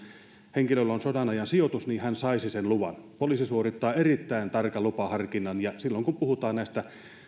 henkilöllä on sodanajan sijoitus niin hän saisi sen luvan poliisi suorittaa erittäin tarkan lupaharkinnan ja silloin kun puhutaan näistä